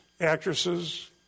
actresses